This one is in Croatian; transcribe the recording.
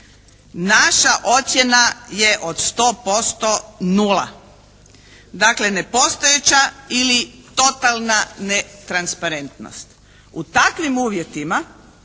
naša ocjena je od 100% nula. Dakle, nepostojeća ili totalna netransparentnost. U takvim uvjetima